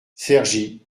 cergy